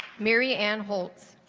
maryanne holtz